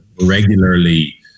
regularly